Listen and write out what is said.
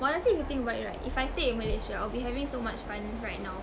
but honestly if you think about it right if I stay in malaysia I'll be having so much fun right now